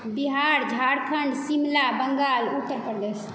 Bihar Jharkhand Shimla Bengal Uttar Pradesh